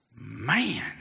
Man